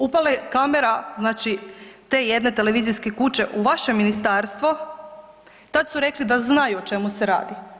Upala je kamera, znači, te jedne televizijske kuće u vaše ministarstvo, tad su rekli da znaju o čemu se radi.